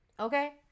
Okay